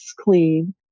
clean